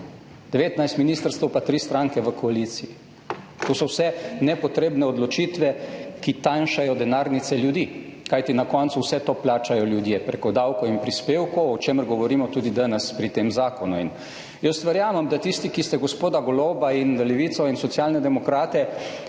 19 ministrstev, pa 3 stranke v koaliciji? To so vse nepotrebne odločitve, ki tanjšajo denarnice ljudi, kajti na koncu vse to plačajo ljudje preko davkov in prispevkov, o čemer govorimo tudi danes pri tem zakonu. Jaz verjamem, da tisti, ki ste gospoda Goloba in Levico in Socialne demokrate